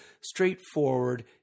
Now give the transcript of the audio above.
straightforward